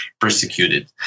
persecuted